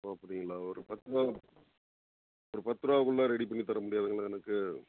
ஓ அப்படிங்களா ஒரு பத்து ரூபாய் ஒரு பத்து ரூபாக்குள்ள ரெடி பண்ணி தர்ற முடியாதுங்களா எனக்கு